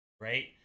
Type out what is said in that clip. right